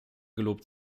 gelobt